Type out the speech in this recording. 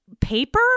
paper